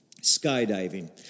skydiving